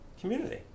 community